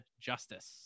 Justice